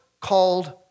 called